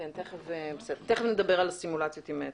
תיכף נדבר על הסימולציות עם צה"ל,